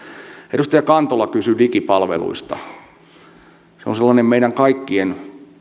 edustaja kantola kysyi digipalveluista meidän kaikkien